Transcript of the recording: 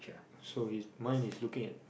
so he's mine is looking at